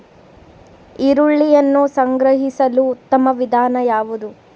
ಈರುಳ್ಳಿಯನ್ನು ಸಂಗ್ರಹಿಸಲು ಉತ್ತಮ ವಿಧಾನ ಯಾವುದು?